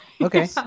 Okay